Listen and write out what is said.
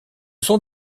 sont